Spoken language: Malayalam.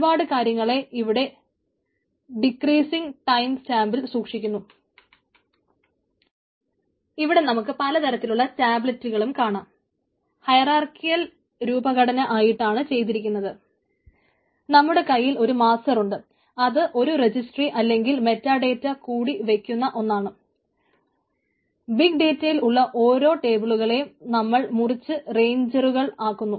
ഒരുപാട് കാര്യങ്ങളെ ഇവിടെ ഡിക്രിസിംഗ് ടൈം സ്റ്റാമ്പിൽ സൂക്ഷിക്കുന്നു ഇവിടെ നമുക്ക് പല തരത്തിലുള്ള ടാബ്ലറ്റുകളും കൂടുന്നു